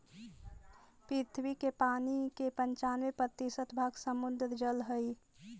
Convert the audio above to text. पृथ्वी के पानी के पनचान्बे प्रतिशत भाग समुद्र जल हई